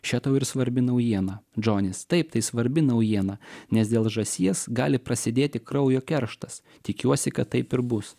še tau ir svarbi naujiena džonis taip tai svarbi naujiena nes dėl žąsies gali prasidėti kraujo kerštas tikiuosi kad taip ir bus